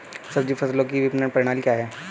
सब्जी फसलों की विपणन प्रणाली क्या है?